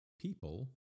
people